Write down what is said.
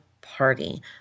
Party